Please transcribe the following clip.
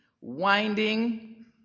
winding